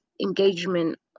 engagement